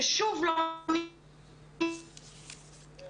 ששוב לא --- (נתק בזום).